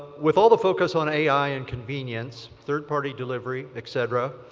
with all the focus on ai and convenience, third party delivery, etc.